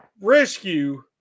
rescue